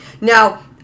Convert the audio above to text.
Now